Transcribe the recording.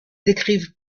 décrivent